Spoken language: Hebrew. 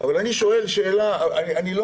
אבל אני שואל שאלה כי אני לא